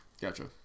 Gotcha